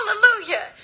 Hallelujah